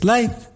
Life